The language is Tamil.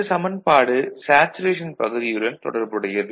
இந்தச் சமன்பாடு சேச்சுரேஷன் பகுதியுடன் தொடர்புடையது